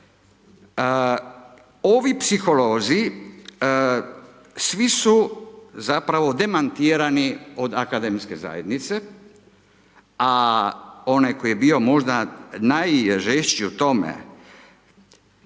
Ovi psiholozi, svi su, zapravo, demantirani od Akademske zajednice, a onaj koji je bio možda najžešći u tome,